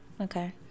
Okay